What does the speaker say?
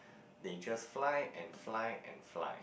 they just fly and fly and fly